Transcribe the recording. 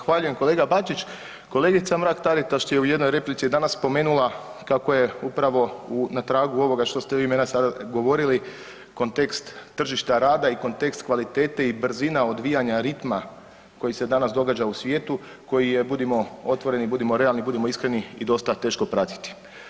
Zahvaljujem kolega Bačić, kolegica Mrak Taritaš je u jednoj replici danas spomenula kako je upravo na tragu ovoga što ste vi meni sada govorili kontekst tržišta rada i kontekst kvalitete i brzina odvijanja ritma koji se danas događa u svijetu, koji je budimo otvoreni, budimo realni, budimo iskreni i dosta teško pratiti.